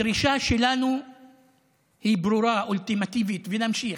הדרישה שלנו היא ברורה, אולטימטיבית, ונמשיך.